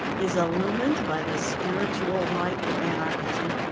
is illumined by the spiritual light of anarchism.